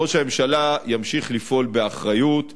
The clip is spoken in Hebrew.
ראש הממשלה ימשיך לפעול באחריות ובזהירות.